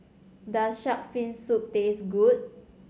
does shark fin soup taste good